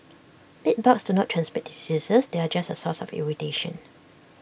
bedbugs do not transmit diseases they are just A source of irritation